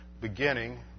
Beginning